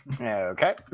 Okay